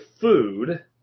food